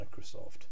Microsoft